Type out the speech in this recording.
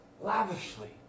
lavishly